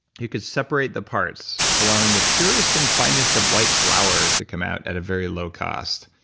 you could separate the parts, allowing the purest and finest of white flour to come out at a very low cost,